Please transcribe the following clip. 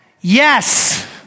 Yes